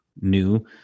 new